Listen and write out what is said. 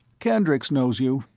kendricks knows you,